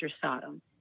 Sodom